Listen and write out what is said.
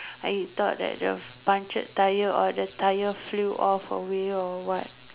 I thought that the punctured tyre or the tyre flew off away or what